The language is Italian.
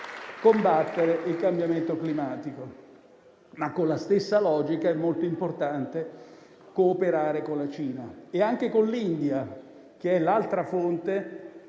combattere il cambiamento climatico. Con la stessa logica, è molto importante cooperare con la Cina e anche con l'India, che è l'altra fonte